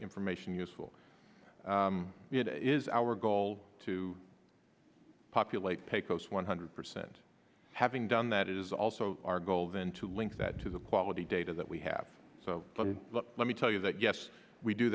information useful is our goal to populate pecos one hundred percent having done that is also our goal then to link that to the quality data that we have so let me tell you that yes we do